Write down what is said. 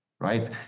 right